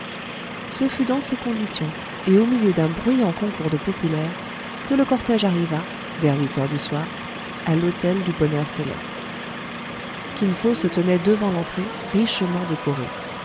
ce fut dans ces conditions et au milieu d'un bruyant concours de populaire que le cortège arriva vers huit heures du soir à l'hôtel du bonheur céleste kin fo se tenait devant l'entrée richement décorée